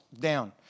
down